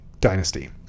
Dynasty